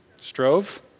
strove